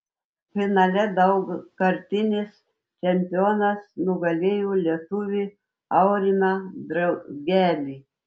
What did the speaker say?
finale daugkartinis čempionas nugalėjo lietuvį aurimą draugelį